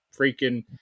freaking